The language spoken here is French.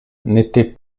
n’étaient